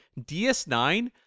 ds9